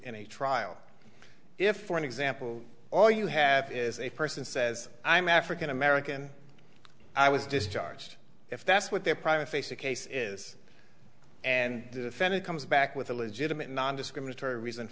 in a trial if for example all you have is a person says i'm african american i was discharged if that's what their private face a case is and the senate comes back with a legitimate nondiscriminatory reason